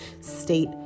state